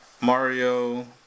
Mario